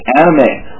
anime